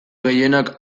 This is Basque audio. gehienak